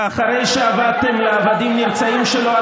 ואחרי שהפכתם לעבדים נרצעים שלו,